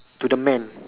to the man